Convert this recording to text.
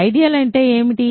ideal అంటే ఏమిటి